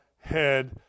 head